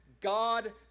God